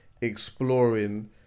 exploring